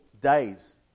days